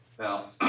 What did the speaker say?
Now